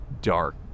Dark